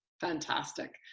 fantastic